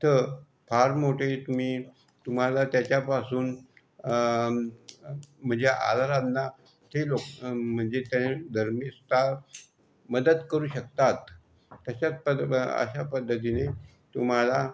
तर फार मोठे तुम्ही तुम्हाला त्याच्यापासून म्हणजे आजारांना ते लोक म्हणजे ते धर्मिस्ता मदत करू शकतात तशाच पद अशा पद्धतीने तुम्हाला